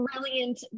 brilliant